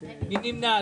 מי נמנע?